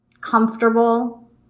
comfortable